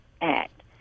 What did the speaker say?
Act